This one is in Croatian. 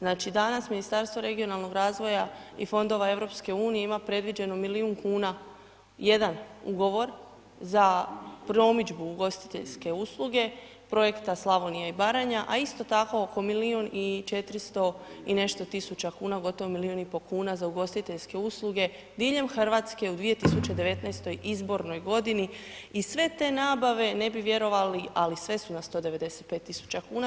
Znači, danas Ministarstvo regionalnog razvoja i fondova EU, ima predviđeno milijun kuna, jedan ugovor, za promidžbu ugostiteljske usluge, projekta Slavonija i Branja, a isto tako oko milijun i 400 i nešto tisuća kuna gotovo milijun i pol kuna za ugostiteljske usluge, diljem Hrvatske u 2019. izbornoj godini, i sve te nabave, ne bi vjerovali, ali sve su na 195 tisuća kuna.